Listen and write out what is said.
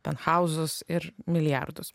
penhauzus ir milijardus